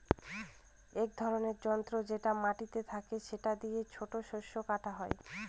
এক ধরনের যন্ত্র যেটা মাটিতে থাকে সেটা দিয়ে ছোট শস্যকে কাটা হয়